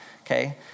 okay